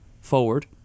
Forward